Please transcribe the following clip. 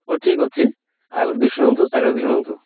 ହଉ ଠିକ୍ ଅଛି ଆଉ ଗୋଟ ଦୁଇଶହ ଚାରିହଜାର ଦୁଇଶହ ନିଅନ୍ତୁ